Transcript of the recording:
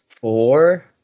four